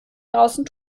draußen